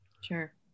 Sure